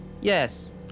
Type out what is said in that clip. Yes